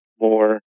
more